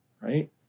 right